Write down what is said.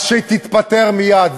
אז שתתפטר מייד.